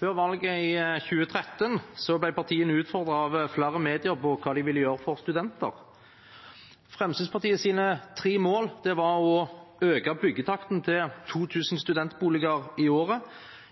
Før valget i 2013 ble partiene utfordret av flere medier på hva de ville gjøre for studenter. Fremskrittspartiets tre mål var å øke byggetakten til 2 000 studentboliger i året,